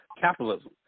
capitalism